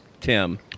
Tim